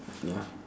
ya